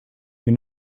you